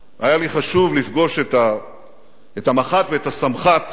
היה לי חשוב לפגוש את המח"ט ואת הסמח"ט